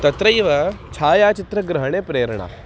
तत्रैव छायाचित्रग्रहणे प्रेरणा